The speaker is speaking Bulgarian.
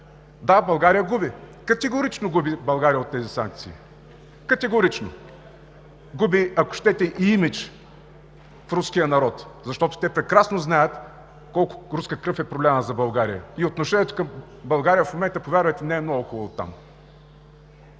Да, България губи! Категорично България губи от тези санкции! Категорично! Губи, ако щете, и имидж пред руския народ, защото те прекрасно знаят колко руска кръв е пролята за България и отношението към България в момента там, повярвайте, не е много хубаво.